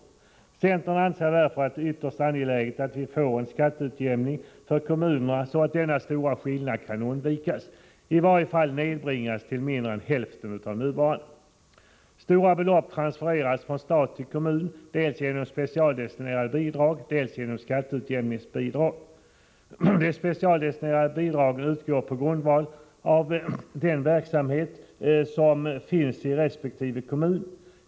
Nr 74 Centern anser därför det ytterst angeläget att vi får en skatteutjämning för Onsdagen den kommunerna, så att denna stora skillnad kan undvikas eller i varje fall 6 februari 1985 nedbringas till mindre än hälften av den nuvarande. Stora belopp transfereras från stat till kommuner, dels genom specialdesti debatt bidragen utgår på grundval av den verksamhet som finns i resp. kommun.